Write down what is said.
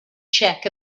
check